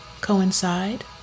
coincide